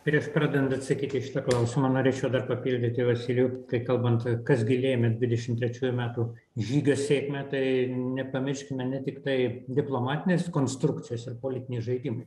prieš pradedant atsakyti į šitą klausimą norėčiau dar papildyti vasilijų kai kalbant kas gi lėmė dvidešim trečiųjų metų žygio sėkmę tai nepamirškime ne tiktai diplomatinės konstrukcijos ir politiniai žaidimai